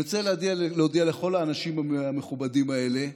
אני רוצה להודיע לכל האנשים המכובדים האלה: